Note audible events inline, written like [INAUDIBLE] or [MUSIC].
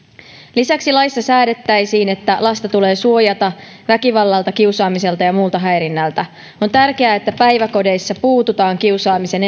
lisäksi laissa säädettäisiin että lasta tulee suojata väkivallalta kiusaamiselta ja muulta häirinnältä on tärkeää että päiväkodeissa puututaan kiusaamisen [UNINTELLIGIBLE]